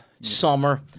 Summer